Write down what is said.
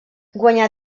guanyà